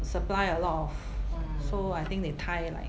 supply a lot of so I think they tie like